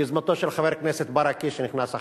ביוזמתו של חבר הכנסת ברכה שנכנס עכשיו,